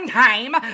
time